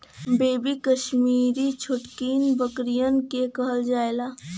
baby Kashmiri छोटकिन बकरियन के कहल जाला